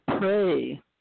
pray